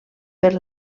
per